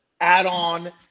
add-on